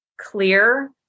clear